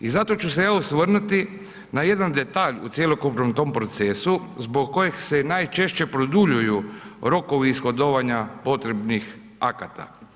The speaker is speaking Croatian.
I zato ću se ja osvrnuti na jedan detalj u cjelokupnom tom procesu, zbog kojeg se najčešće produljuju rokovi ishodovanju potrebnih akata.